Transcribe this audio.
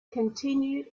continued